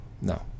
No